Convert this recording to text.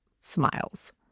smiles